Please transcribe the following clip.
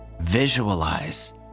visualize